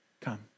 come